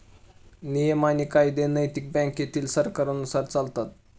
नियम आणि कायदे नैतिक बँकेतील सरकारांनुसार चालतात